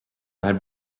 had